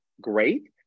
great